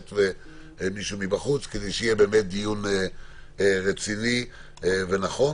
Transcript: ואורחים מבחוץ כדי שיהיה באמת דיון רציני ונכון.